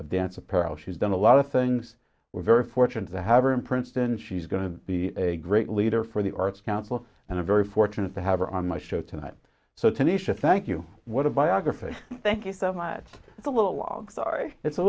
of dance apparel she's done a lot of things we're very fortunate to have her in princeton she's going to be a great leader for the arts council and i'm very fortunate to have her on my show tonight so tenacious thank you what a biography thank you so much the little log sorry it's a